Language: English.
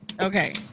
Okay